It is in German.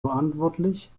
verantwortlich